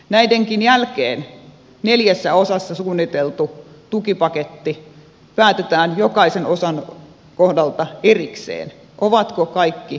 näidenkin jälkeen neljässä osassa suunniteltu tukipaketti päätetään jokaisen osan kohdalta erikseen ovatko kaikki ehdot toteutuneet